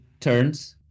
turns